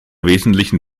wesentlichen